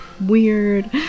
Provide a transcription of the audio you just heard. Weird